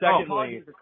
secondly